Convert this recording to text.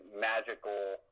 magical